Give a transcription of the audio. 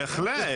בהחלט.